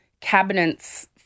cabinets